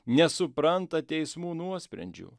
nesupranta teismų nuosprendžių